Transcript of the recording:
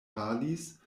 falis